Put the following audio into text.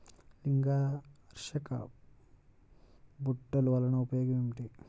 లింగాకర్షక బుట్టలు వలన ఉపయోగం ఏమిటి?